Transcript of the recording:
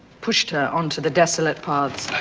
pushed her onto the desolate paths.